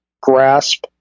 grasp